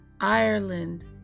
Ireland